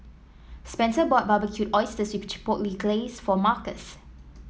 Spencer bought Barbecued Oysters with Chipotle Glaze for Markus